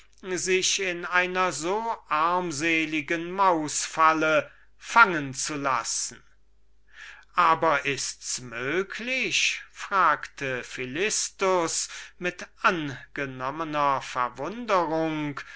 sich in einer so armseligen mausfalle habe fangen lassen aber ists möglich fragte